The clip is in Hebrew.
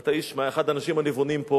ואתה אחד מהאנשים הנבונים פה,